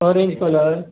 orange color